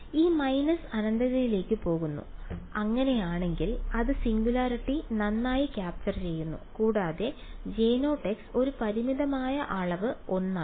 ഇത് മൈനസ് അനന്തതയിലേക്ക് പോകുന്നു അങ്ങനെയാണെങ്കിൽ അത് സിംഗുലാരിറ്റി നന്നായി ക്യാപ്ചർ ചെയ്യുന്നു കൂടാതെ J0 ഒരു പരിമിതമായ അളവ് 1